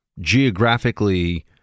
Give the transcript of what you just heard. geographically